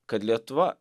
kad lietuva